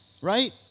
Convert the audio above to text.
right